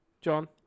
John